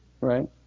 right